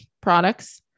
products